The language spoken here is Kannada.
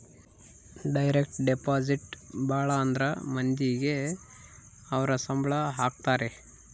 ಡೈರೆಕ್ಟ್ ಡೆಪಾಸಿಟ್ ಭಾಳ ಅಂದ್ರ ಮಂದಿಗೆ ಅವ್ರ ಸಂಬ್ಳ ಹಾಕತರೆ